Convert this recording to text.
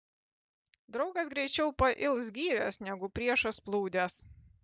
draugas greičiau pails gyręs negu priešas plūdes